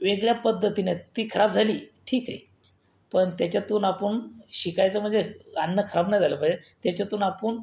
वेगळ्या पद्दतीनं ती खराब झाली ठीकय पन त्याच्यातून आपुन शिकायचं म्हनजे आन्न खराब नाय झालं पाये त्याच्यातून आपुन